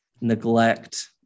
neglect